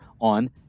on